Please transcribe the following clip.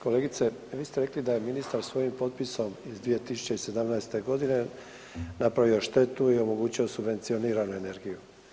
Kolegice, vi ste rekli da je ministar svojim potpisom iz 2017.g. napravio štetu i omogućio subvencioniranu energiju.